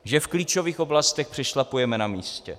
Že v klíčových oblastech přešlapujeme na místě.